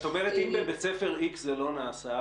את אומרת אם בבית ספר X זה לא נעשה,